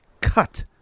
cut